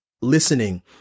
listening